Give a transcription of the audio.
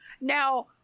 Now